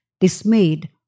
dismayed